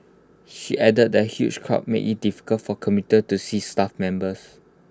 she added that the huge crowd made IT difficult for commuters to see staff members